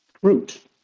fruit